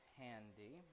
handy